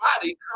body